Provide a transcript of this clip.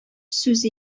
сүз